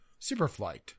Superflight